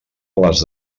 les